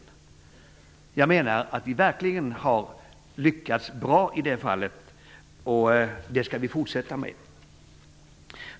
Jag menar att vi verkligen har lyckats bra i det fallet. Det skall vi fortsätta med.